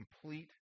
complete